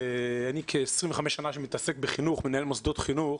אני כ-25 שנים מתעסק בחינוך, מנהל מוסדות חינוך.